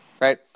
Right